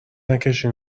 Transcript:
نکشین